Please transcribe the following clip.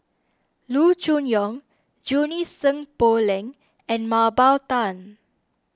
Loo Choon Yong Junie Sng Poh Leng and Mah Bow Tan